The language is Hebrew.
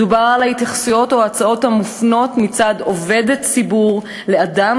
מדובר על ההתייחסויות או ההצעות המופנות מצד עובד ציבור לאדם